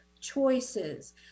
choices